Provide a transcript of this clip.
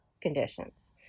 conditions